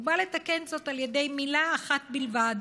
הוא בא לתקן זאת על ידי מילה אחת בלבד: